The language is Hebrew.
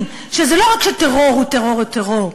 שזה לא רק שטרור הוא טרור הוא טרור,